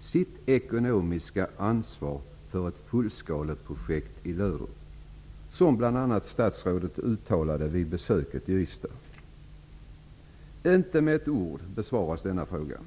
sitt ekonomiska ansvar för ett fullskaleprojekt i Löderup, som uttalades vid besöket i Ystad?'' Inte med ett ord besvaras denna fråga.